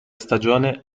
stagione